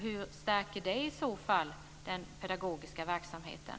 Hur stärker det i så fall den pedagogiska verksamheten?